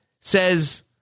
says